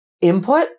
input